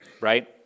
right